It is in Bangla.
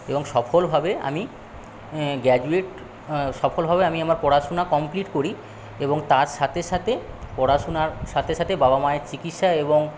এবং সফলভাবে আমি গ্যাজুয়েট সফলভাবে আমি আমার পড়াশোনা কমপ্লিট করি এবং তার সাথে সাথে পড়াশোনার সাথে সাথে বাবা মায়ের চিকিৎসা এবং